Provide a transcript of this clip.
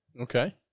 Okay